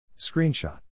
Screenshot